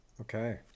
Okay